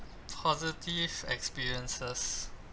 positive experiences